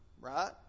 right